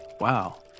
Wow